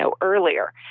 earlier